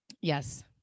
yes